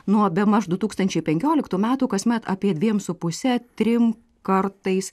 nuo bemaž du tūkstančiai penkioliktų metų kasmet apie dviem su puse trim kartais